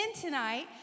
tonight